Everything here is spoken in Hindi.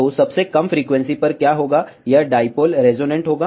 तो सबसे कम फ्रीक्वेंसी पर क्या होगा यह डाईपोल रेजोनेंट होगा